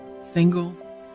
single